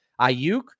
Ayuk